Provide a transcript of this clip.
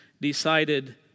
decided